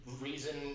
reason